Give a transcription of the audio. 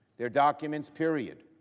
they are documents period.